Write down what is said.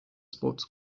sports